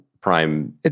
Prime